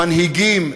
מנהיגים,